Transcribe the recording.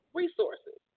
resources